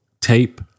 tape